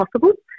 possible